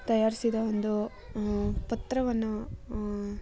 ತಯಾರಿಸಿರೋ ಒಂದು ಪತ್ರವನ್ನು